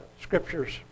scriptures